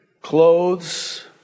clothes